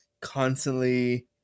constantly